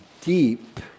deep